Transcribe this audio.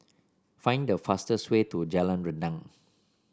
find the fastest way to Jalan Rendang